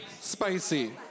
Spicy